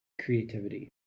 creativity